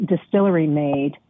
distillery-made